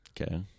Okay